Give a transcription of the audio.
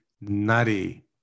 nutty